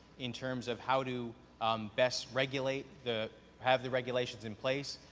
in terms of how to um best regulate the have the regulations in place,